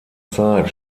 zeit